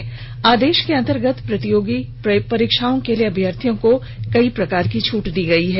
इस आदेश के अंतर्गत प्रतियोगी परीक्षा के अम्यर्थियों को कई प्रकार की छूट दी गयी है